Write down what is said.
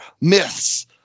myths